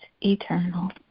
eternal